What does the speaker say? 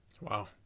Wow